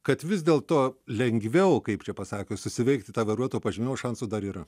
kad vis dėl to lengviau kaip čia pasakius susiveikti tą varuotojo pažymėjimą šansų dar yra